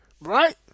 Right